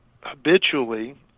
habitually